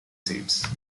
seeds